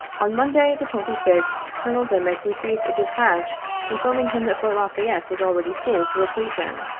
on monday, the twenty sixth, colonel dimick received a dis patch informing him that fort la fayette was already full to repletion,